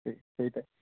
সেই সেইটাই